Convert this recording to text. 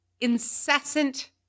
incessant